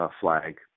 flag